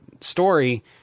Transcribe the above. story